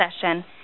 session